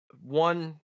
one